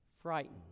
frightened